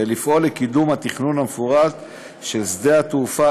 ולפעול לקידום התכנון המפורט של שדה-התעופה